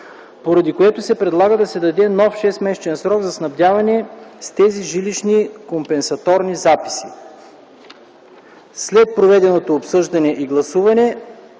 Поради това се предлага да се даде нов 6-месечен срок за снабдяване с тези жилищни компенсаторни записи. След проведеното обсъждане и гласуване,